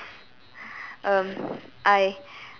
um I